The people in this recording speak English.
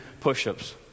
push-ups